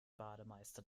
bademeister